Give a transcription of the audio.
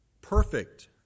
perfect